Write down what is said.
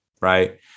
right